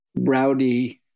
rowdy